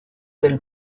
del